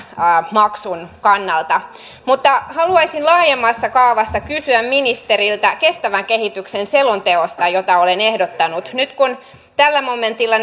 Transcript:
maksun kannalta mutta haluaisin laajemmassa kaavassa kysyä ministeriltä kestävän kehityksen selonteosta jota olen ehdottanut nyt kun tällä momentilla